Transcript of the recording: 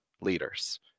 leaders